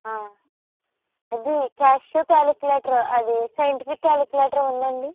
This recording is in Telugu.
అది క్యాషు కాలిక్యులేటరు అది సైన్టిఫిక్ కాలిక్యులేటరు ఉందండి